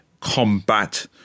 combat